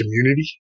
community